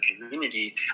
community